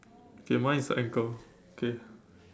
okay mine is a anchor okay